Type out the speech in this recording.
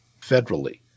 federally